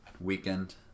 weekend